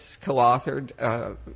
co-authored